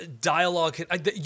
dialogue